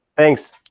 Thanks